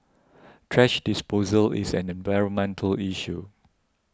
thrash disposal is an environmental issue